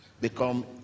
become